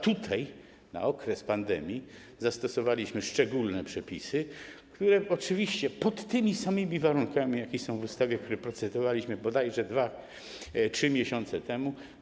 Tutaj na okres pandemii zastosowaliśmy szczególne przepisy, oczywiście pod tymi samymi warunkami, jakie są w ustawie, nad którymi procedowaliśmy bodajże 2–3 miesiące temu.